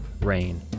rain